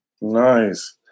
Nice